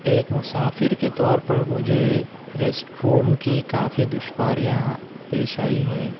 ایک مسافر کے طور پر مجھے ریسٹ روم کی کافی دشواریاں پیش آئی ہے